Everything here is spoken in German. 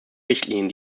richtlinien